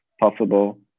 possible